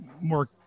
more